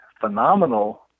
phenomenal